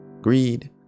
greed